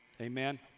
Amen